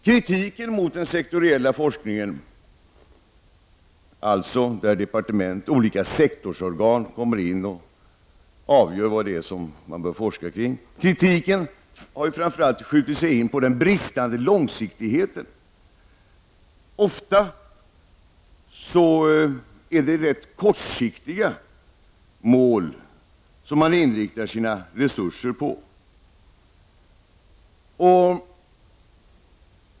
Kritiken mot den sektoriella forskningen, dvs. den forskning där departement och olika sektorsorgan går in och avgör vad det är man bör forska kring, har framför allt riktat sig mot den bristande långsiktigheten. Ofta är det rätt kortsiktiga mål som man inriktar sina resurser på.